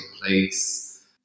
place